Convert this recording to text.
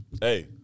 hey